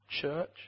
church